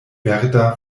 verda